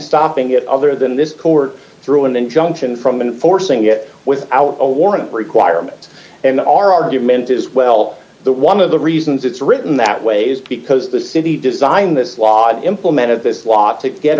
stopping it other than this court through an injunction from and forcing it without a warrant requirement and our argument is well that one of the reasons it's written that ways because the city designed this law implemented this law to get